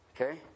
Okay